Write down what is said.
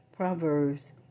Proverbs